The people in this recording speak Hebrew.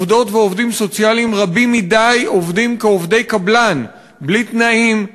עובדות ועובדים סוציאליים רבים מדי עובדים כעובדי קבלן בלי תנאים,